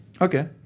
Okay